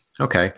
Okay